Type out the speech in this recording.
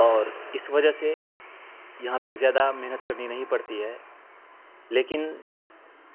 اور اس وجہ سے یہاں پہ زیادہ محنت کرنی نہیں پڑتی ہے لیکن